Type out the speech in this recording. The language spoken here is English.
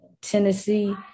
Tennessee